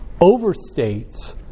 overstates